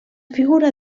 figura